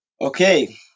Okay